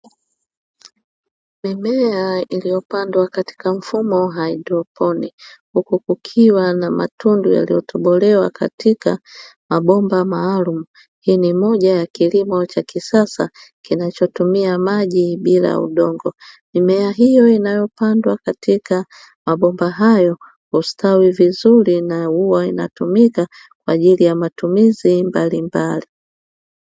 Mimea iliyopaandwa katika mfumo haydroponiki huku kukiwa na matundu yaliyotobolewa katika mabomba maalumu, hii ni moja ya kilimo cha kisasa kinachotumia maji bila udongo, mimea hiyo inayopandwa katika mabomba hayo hustawi vizuri na huwa inatumika kwaajili ya matumizi mbalimbali.